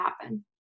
happen